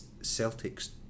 Celtic's